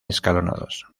escalonados